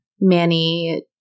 Manny